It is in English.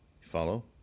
follow